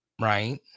right